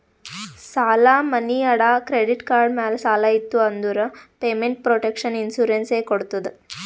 ಸಾಲಾ, ಮನಿ ಅಡಾ, ಕ್ರೆಡಿಟ್ ಕಾರ್ಡ್ ಮ್ಯಾಲ ಸಾಲ ಇತ್ತು ಅಂದುರ್ ಪೇಮೆಂಟ್ ಪ್ರೊಟೆಕ್ಷನ್ ಇನ್ಸೂರೆನ್ಸ್ ಎ ಕೊಡ್ತುದ್